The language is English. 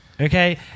Okay